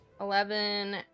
Eleven